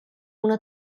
una